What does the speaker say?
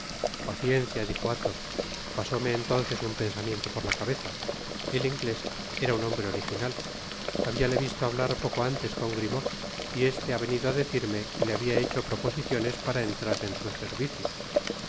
paciencia dijo athos pasóme entonces on pensamiento por laeabeza el inglés era un hombre original habiale visto hablar poco antes con grimaud y este ha veuido á decirme que le habia hecho proposiciones para entrar en su servicio